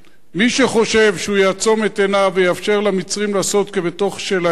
מי שחושב שהוא יעצום את עיניו ויאפשר למצרים לעשות כבתוך שלהם,